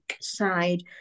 side